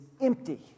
empty